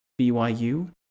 BYU